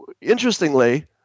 interestingly